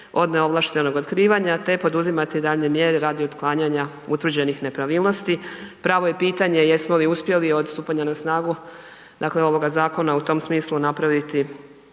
od neovlaštenog otkrivanja te poduzimati daljnje mjere radi otklanjanja utvrđenih nepravilnosti. Pravo je pitanje jesmo li uspjeli od stupanja na snagu ovoga zakona u tom smislu napraviti